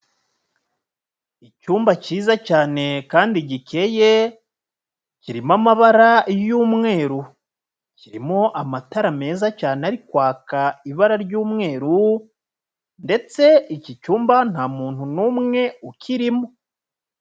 Icyumba cyiza cyane kandi gikeye, kirimo amabara y'umweru. Kirimo amatara meza cyane ari kwaka ibara ry'umweru ndetse iki cyumba ntamuntu n'umwe ukirimo.